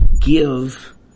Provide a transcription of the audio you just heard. give